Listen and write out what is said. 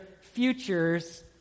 futures